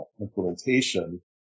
implementation